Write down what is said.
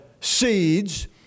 seeds